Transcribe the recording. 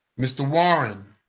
mr. warren?